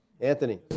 Anthony